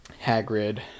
Hagrid